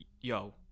yo